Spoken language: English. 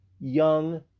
Young